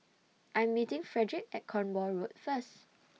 I'm meeting Frederic At Cornwall Road First